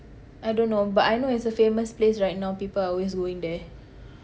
I don't know but I know it's a famous place right now people are always going there